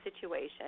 situation